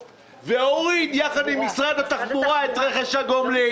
והוריד ביחד עם משרד התחבורה את רכש הגומלין.